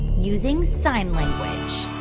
using sign language?